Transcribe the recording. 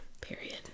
Period